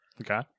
okay